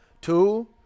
Two